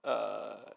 err